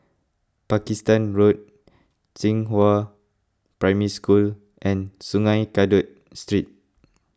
Pakistan Road Xinghua Primary School and Sungei Kadut Street